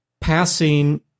passing